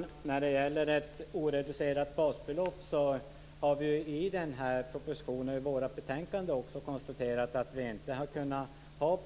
Fru talman! När det gäller ett oreducerat basbelopp har vi i propositionen och även i vårt betänkande konstaterat att